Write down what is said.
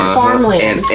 farmland